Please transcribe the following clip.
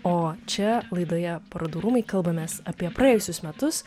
o čia laidoje parodų rūmai kalbamės apie praėjusius metus